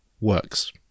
works